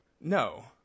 No